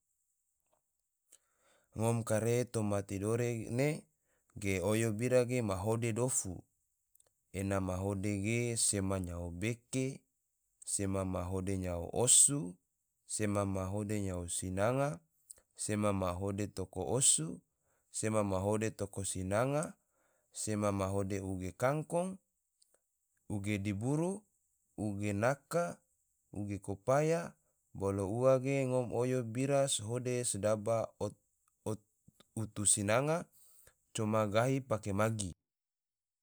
Ngom kare toma tidore ne ge oyo bira ge ma hode dofu, ena ma hode ge sema nyao beke, sema ma hode nyao osu, sema ma hode nyao sinanga, sema ma hode toko osu, sema ma hode toko sinanga, sema ma hode uge kangkong, uge diburu, uge naka, uge kopaya bolo ua ge ngom oyo bira so hode sdaba utu sinanga coma gahi pake magi